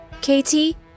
Katie